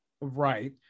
right